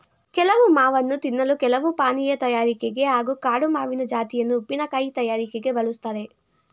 ಕೆಲವು ಮಾವನ್ನು ತಿನ್ನಲು ಕೆಲವು ಪಾನೀಯ ತಯಾರಿಕೆಗೆ ಹಾಗೂ ಕಾಡು ಮಾವಿನ ಜಾತಿಯನ್ನು ಉಪ್ಪಿನಕಾಯಿ ತಯಾರಿಕೆಗೆ ಬಳುಸ್ತಾರೆ